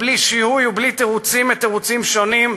בלי שיהוי ובלי תירוצים מתירוצים שונים,